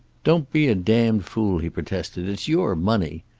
don't be a damned fool, he protested. it's your money.